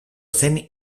zen